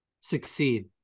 Succeed